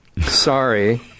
Sorry